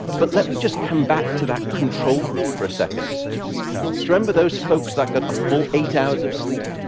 but let me just come back to that control group for a second. do you remember those folks that got a full eight hours of sleep?